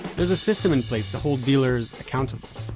is a system in place to hold dealers accountable